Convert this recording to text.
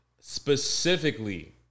specifically